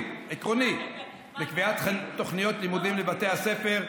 עקרוני לקביעת תוכניות לימודים לבתי הספר,